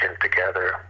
together